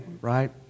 right